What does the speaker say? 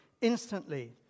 instantly